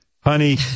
Honey